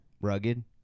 rugged